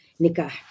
nikah